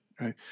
right